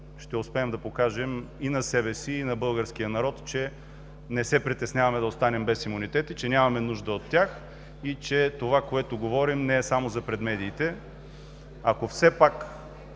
ще успеем да покажем и на себе си, и на българския народ, че не се притесняваме да останем без имунитет и че нямаме нужда от него, и че това, което говорим не е само за пред медиите. Ако все пак